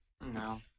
no